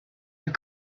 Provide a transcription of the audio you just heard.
your